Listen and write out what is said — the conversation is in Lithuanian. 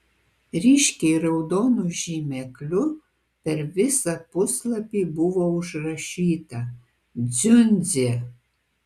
ryškiai raudonu žymekliu per visą puslapį buvo užrašyta dziundzė